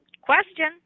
Question